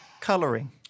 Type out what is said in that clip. colouring